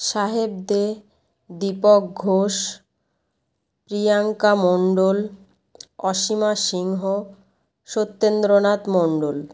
Saheb Dey Deepak Ghosh Priyanka Mondal Asima Singha Satyendranath Mondal